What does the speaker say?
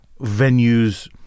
venues